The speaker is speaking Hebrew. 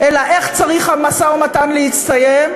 אלא איך צריך המשא-ומתן להסתיים,